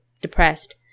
depressed